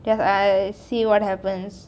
I see what happens